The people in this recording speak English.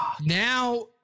now